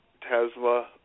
Tesla